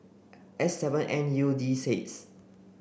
S seven N U D six